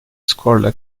skorla